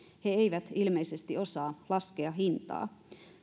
he eivät ilmeisesti osaa laskea hintaa